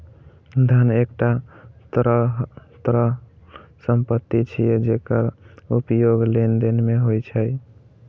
धन एकटा तरल संपत्ति छियै, जेकर उपयोग लेनदेन मे होइ छै